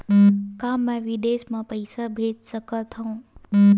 का मैं विदेश म पईसा भेज सकत हव?